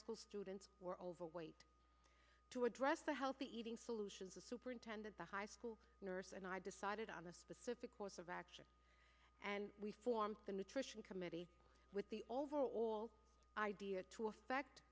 school students were overweight to address the healthy eating solutions the superintendent the high school nurse and i decided on a specific course of action and we formed the nutrition committee with the overall idea to effect